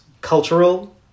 cultural